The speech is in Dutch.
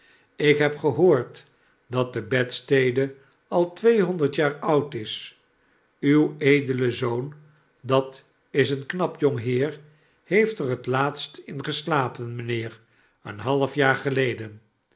ik heb gehoord dat de bedstede al tweehonderd jaar oud is uw edele zoon dat is een knap jong heer heeft er het laatstin geslapen mijnheer een half jaar geleden